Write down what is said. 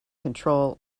control